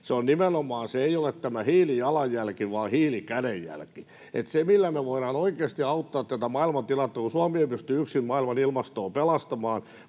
ei ole tämä hiilijalanjälki vaan hiilikädenjälki, millä me voidaan oikeasti auttaa tätä maailman tilannetta, kun Suomi ei pysty yksin maailman ilmastoa pelastamaan.